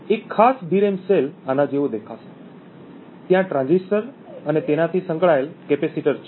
એક ખાસ DRAM cell આના જેવો દેખાશે ત્યાં ટ્રાંઝિસ્ટર અને તેનાથી સંકળાયેલ કેપેસિટર છે